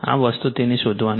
આ વસ્તુ તેને શોધવાની છે